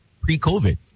pre-COVID